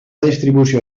distribució